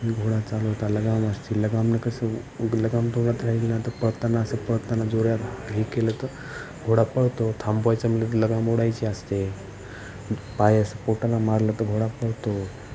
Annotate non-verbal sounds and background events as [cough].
आणि घोडा चालवता लगाम असते लगामानं कसं लगाम [unintelligible] राहिली ना तर पळताना असं पळताना जोरात हे केलं तर घोडा पळतो थांबवायचा तर लगाम ओढायची असते पाय असं पोटाला मारलं तर घोडा पळतो